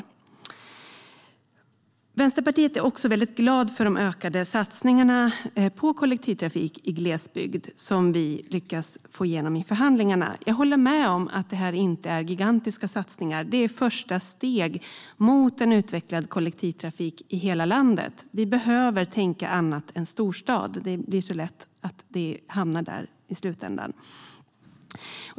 Vi i Vänsterpartiet är också väldigt glada för de ökade satsningar på kollektivtrafik i glesbygd som vi lyckats få igenom i förhandlingarna. Jag håller med om att det inte är gigantiska satsningar. Det är ett första steg mot en utvecklad kollektivtrafik i hela landet. Vi behöver tänka annat än storstad. Det blir så lätt att det hamnar där i slutändan.